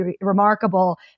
remarkable